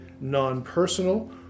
non-personal